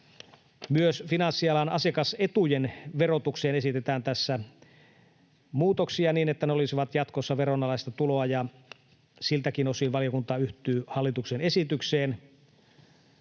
Myös finanssialan asiakasetujen verotukseen esitetään tässä muutoksia niin, että ne olisivat jatkossa veronalaista tuloa, ja siltäkin osin valiokunta yhtyy hallituksen esitykseen.